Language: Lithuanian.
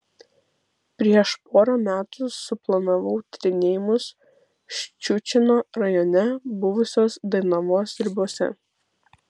prieš porą metų suplanavau tyrinėjimus ščiučino rajone buvusios dainavos ribose